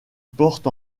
porte